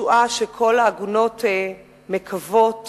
ישועה שכל העגונות מקוות